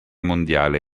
mondiale